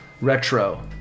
Retro